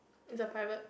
is a private